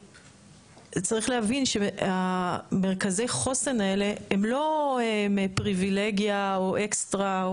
צריך להבין שמרכזי החוסן האלה הם לא פריווילגיה או אקסטרה,